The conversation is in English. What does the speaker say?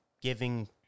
giving